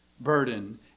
burden